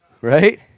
right